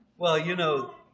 well you know